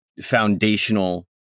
foundational